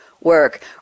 work